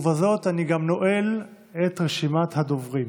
ובזאת אני גם נועל את רשימת הדוברים.